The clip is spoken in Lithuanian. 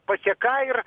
paseka ir